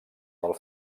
del